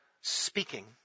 speaking